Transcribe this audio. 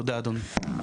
תודה, אדוני.